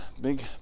big